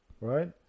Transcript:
Right